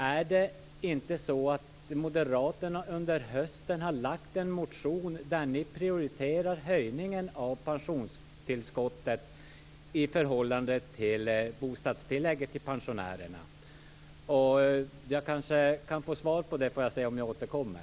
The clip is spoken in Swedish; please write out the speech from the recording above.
Är det inte så att Moderaterna under hösten har väckt en motion där ni prioriterar höjningen av pensionstillskottet i förhållande till bostadstillägget för pensionärerna? Jag kan kanske få svar på den frågan, så får jag se om jag återkommer.